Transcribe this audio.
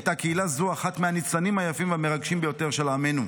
הייתה קהילה זו אחד מהניצנים היפים והמרגשים ביותר של עמנו.